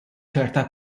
ċerta